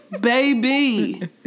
baby